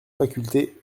facultés